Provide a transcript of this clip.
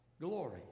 glory